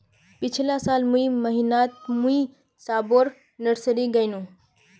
पिछला साल मई महीनातमुई सबोर नर्सरी गायेनू